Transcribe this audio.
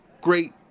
great